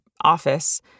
office